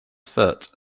foot